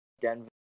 Denver